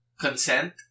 consent